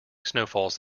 snowfalls